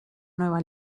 nueva